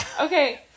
okay